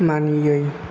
मानियै